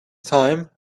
time